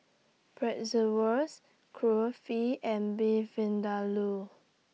Bratwurst Kulfi and Beef Vindaloo